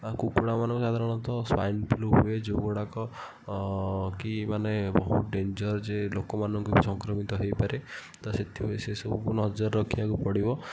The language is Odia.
ଆଉ କୁକୁଡ଼ାମାନଙ୍କୁ ସାଧାରଣତଃ ସ୍ଵାଇନ୍ ଫ୍ଲୁ ହୁଏ ଯେଉଁଗୁଡ଼ାକ କି ମାନେ ବହୁତ ଡେଞ୍ଜର ଯେ ଲୋକମାନଙ୍କୁ ବି ସଂକ୍ରମିତ ହେଇପାରେ ତ ସେଥି ସେସବୁକୁ ନଜର ରଖିବାକୁ ପଡ଼ିବ